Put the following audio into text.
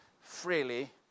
freely